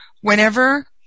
whenever